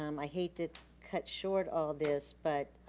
um i hate to cut short all this, but.